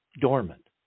dormant